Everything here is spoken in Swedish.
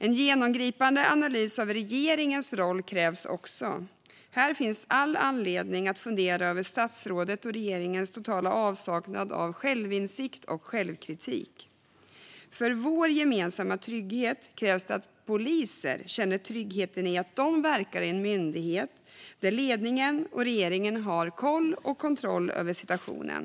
En genomgripande analys av regeringens roll krävs också. Här finns all anledning att fundera över statsrådets och regeringens totala avsaknad av självinsikt och självkritik. För vår gemensamma trygghet krävs det att poliser känner tryggheten i att de verkar i en myndighet där ledningen och regeringen har koll på och kontroll över situationen.